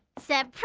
said